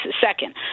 Second